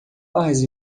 barras